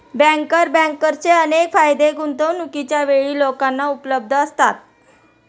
banker बँकर्सचे अनेक फायदे गुंतवणूकीच्या वेळी लोकांना उपलब्ध असतात